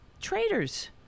Traitors